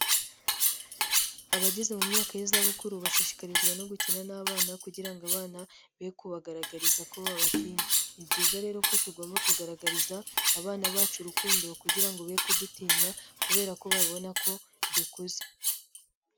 Abageze mu myaka y'izabukuru bashishikarizwa no gukina n'abana kugira ngo abana be kubagaragariza ko babatinya. Ni byiza rero ko tugomba kugaragariza abana bacu urukundo kugira ngo be kudutinya, kubera ko babona ko dukuze.